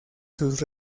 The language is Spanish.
sus